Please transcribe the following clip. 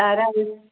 ആരാണ് ഇത്